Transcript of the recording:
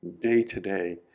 day-to-day